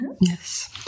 Yes